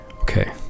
Okay